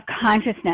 consciousness